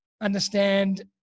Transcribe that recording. understand